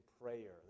prayer